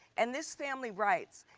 and this family writes,